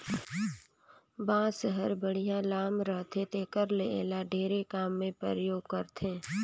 बांस हर बड़िहा लाम रहथे तेखर ले एला ढेरे काम मे परयोग करथे